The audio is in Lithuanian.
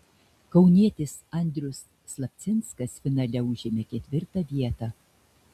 kaunietis andrius slapcinskas finale užėmė ketvirtą vietą